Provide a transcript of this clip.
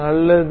நல்லது